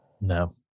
No